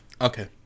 okay